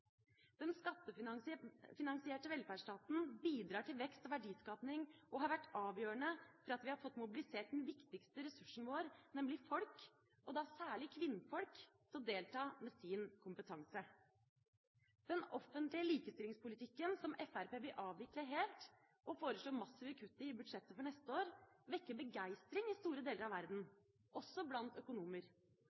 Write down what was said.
Den skattefinansierte velferdsstaten bidrar til vekst og verdiskaping, og den har vært avgjørende for at vi har fått mobilisert den viktigste ressursen vår, nemlig folk – og da særlig kvinnfolk – til å delta med sin kompetanse. Den offentlige likestillingspolitikken som Fremskrittspartiet vil avvikle helt og foreslår massive kutt i i budsjettet for neste år, vekker begeistring i store deler av verden, også blant økonomer.